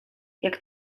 jak